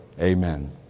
Amen